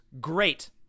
great